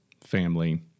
family